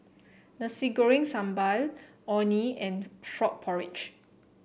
Nasi Goreng Sambal Orh Nee and Frog Porridge